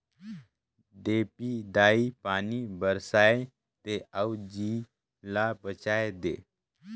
देपी दाई पानी बरसाए दे अउ जीव ल बचाए दे